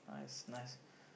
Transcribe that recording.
nice nice